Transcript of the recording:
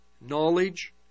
Knowledge